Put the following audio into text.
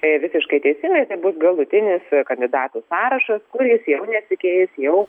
visiškai teisingai tai bus galutinis kandidatų sąrašas kuris jau nesikeis jau